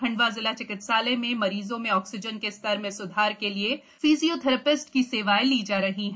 खण्डवा जिला चिकित्सालय में मरीजों में ऑक्सीजन के स्तर में सुधार के लिए फिजियोथिरेपिस्ट की सेवाएं ली जा रही है